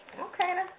Okay